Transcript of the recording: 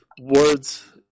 words